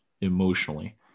emotionally